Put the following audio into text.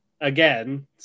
again